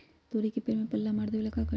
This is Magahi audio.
तोड़ी के पेड़ में पल्ला मार देबे ले का करी?